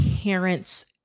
parents